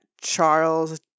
Charles